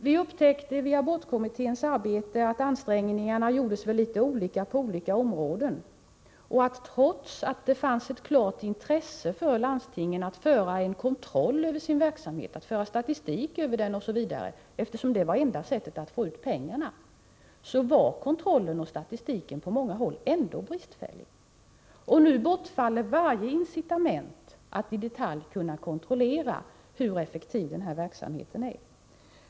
Vi upptäckte under abortkommitténs arbete att ansträngningarna var litet olika på olika områden och att — trots att det fanns ett klart intresse för landstingen att ha kontroll över sin verksamhet, att föra statistik över den osv., eftersom det var enda sättet att få ut pengar — kontrollen och statistiken på många håll ändå var bristfällig. Nu bortfaller varje incitament till att i detalj kunna kontrollera hur effektiv denna verksamhet är.